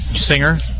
Singer